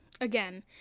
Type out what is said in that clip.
again